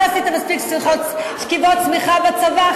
לא עשית מספיק שכיבות סמיכה בצבא?